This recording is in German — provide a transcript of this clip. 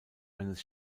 eines